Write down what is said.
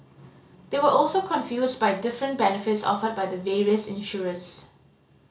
they were also confused by different benefits offered by the various insurers